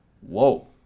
Whoa